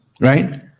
right